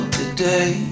today